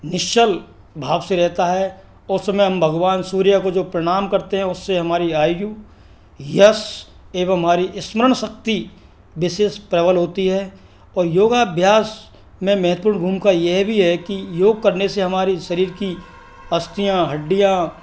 निश्चल भाव से रहता है उस समय हम भगवान सूर्य को जो प्रणाम करते हैं उससे हमारी आयु यश एवं हमारी स्मरण शक्ति विशेष प्रबल होती है और योगा अभ्यास में महत्वपूर्ण भूमिका ये भी है कि योग करने से हमारे शरीर की अस्थियाँ हड्डियाँ